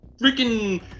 freaking